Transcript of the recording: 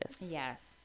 Yes